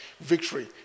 victory